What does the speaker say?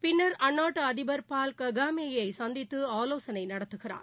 பின்னர் அந்நாட்டு அதிபர் பால் ககாமேயை அவர் சந்தித்து ஆலோசனை நடத்துகிறார்